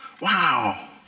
Wow